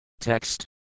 Text